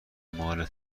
مال